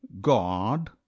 God